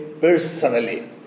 personally